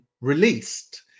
released